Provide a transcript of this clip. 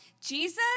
Jesus